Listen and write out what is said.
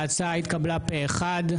ההצעה התקבלה פה אחד.